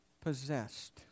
possessed